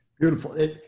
Beautiful